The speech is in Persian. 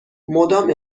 مدام